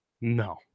No